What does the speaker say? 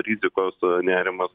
rizikos nerimas